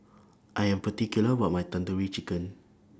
I Am particular about My Tandoori Chicken